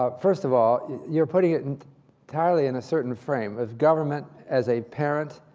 ah first of all, you're putting it and entirely in a certain frame, of government as a parent,